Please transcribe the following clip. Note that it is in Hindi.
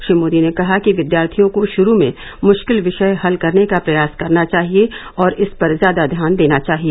श्री मोदी ने कहा कि विद्यार्थियों को शुरू में मुरिकल विषय हल करने का प्रयास करना चाहिए और इस पर ज्यादा ध्यान देना चाहिए